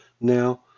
now